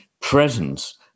presence